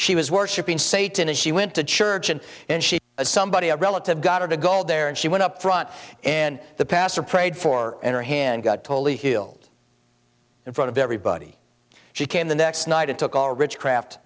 she was worshipping satan and she went to church and and she a somebody a relative got her to go there and she went up front and the pastor prayed for her hand got totally healed in front of everybody she came the next night and took all rich craft